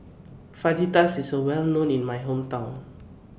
Fajitas IS Well known in My Hometown